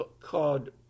called